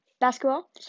basketball